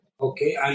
okay